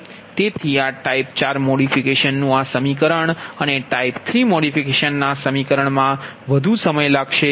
તેથી આ type 4 modification નુ આ સમીકરણ અને ટાઇપ 3 મોડિફિકેશન ના સમીકરણ મા વધુ સમય લાગશે